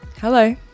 Hello